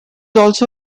also